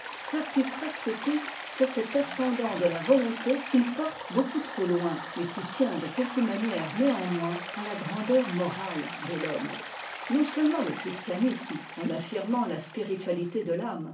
s'appuient resque tous sur cet ascendant de la volonté qu'ils portent beaucoup trop loin mais qui tient de quelque manière néanmoins à la grandeur morale de l'homme non-seulement le christianisme en affirmant la spiritualité de t'âme